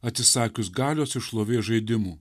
atsisakius galios ir šlovės žaidimų